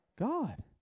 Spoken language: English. god